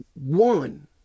one